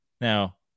Now